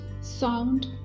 Sound